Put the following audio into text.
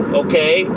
okay